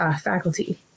faculty